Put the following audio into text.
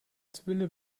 zwille